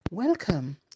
Welcome